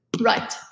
Right